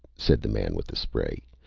said the man with the spray.